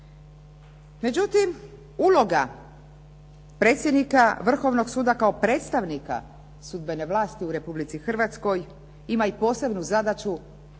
Međutim, uloga predsjednika Vrhovnog suda kao predstavnika sudbene vlasti u Republici Hrvatskoj ima i posebnu zadaću,